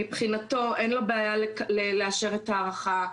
מבחינתו אין לו בעיה לאשר את ההארכה.